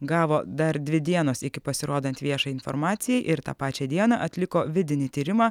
gavo dar dvi dienos iki pasirodant viešai informacijai ir tą pačią dieną atliko vidinį tyrimą